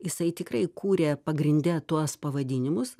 jisai tikrai kūrė pagrinde tuos pavadinimus